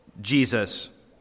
Jesus